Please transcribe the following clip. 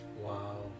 Wow